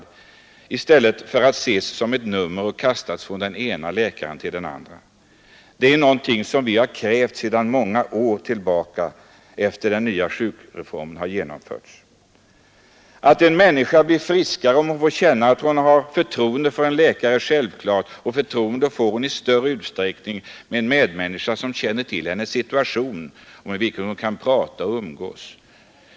Det är till på köpet en fördel både för läkaren och för den människa som blir behandlad. Detta är ju någonting som vi har krävt under många år sedan de nya sjukreformerna genomförts. Att en människa blir friskare om hon känner förtroende för sin läkare är självklart, och förtroende får hon i större utsträckning med en medmänniska, som känner till hennes situation och med vilken hon kan prata och umgås.